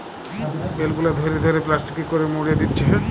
bell গুলা ধরে ধরে প্লাস্টিকে করে মুড়ে দিচ্ছে